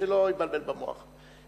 שלא יבלבל במוח,